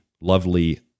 lovely